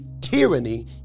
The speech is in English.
tyranny